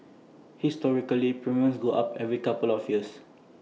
historically premiums go up every couple of years